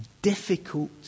Difficult